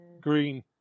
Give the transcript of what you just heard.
Green